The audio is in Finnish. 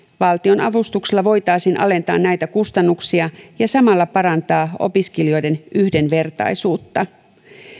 valtionavustuksella voitaisiin alentaa näitä kustannuksia ja samalla parantaa opiskelijoiden yhdenvertaisuutta